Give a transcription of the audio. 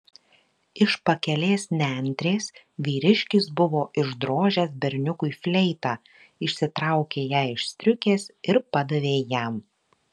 iš pakelės nendrės vyriškis buvo išdrožęs berniukui fleitą išsitraukė ją iš striukės ir padavė jam